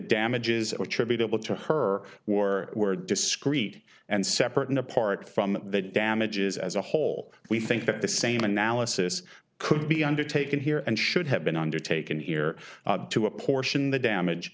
damages or tribute able to her war were discrete and separate and apart from the damages as a whole we think that the same analysis could be undertaken here and should have been undertaken here to apportion the